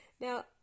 Now